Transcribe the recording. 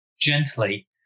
gently